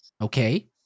Okay